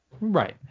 Right